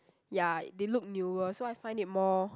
ya they look newer so I find it more